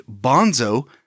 Bonzo